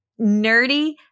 nerdy